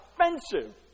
offensive